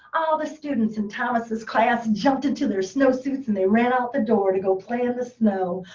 all the students in thomas's class jumped into their snowsuits, and they ran out the door to go play in the snow.